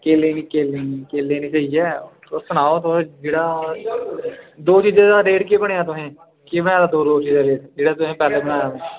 केले नी केले नी केले ते सेई ऐ तुस सनाओ तुस जेह्ड़ा दो चीजें दा रेट केह् बनेआ तुसें केह् बनाया दो चीजें दा रेट जेह्ड़ा तुसें पैह्ले बनाया